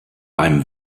beim